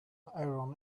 aaron